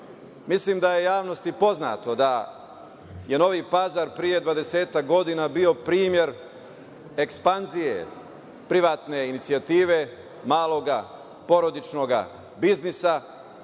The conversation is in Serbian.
da je javnosti poznato da je Novi Pazar pre 20-ak godina bio primer ekspanzije privatne inicijative malog porodičnog biznisa,